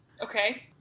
Okay